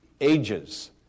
ages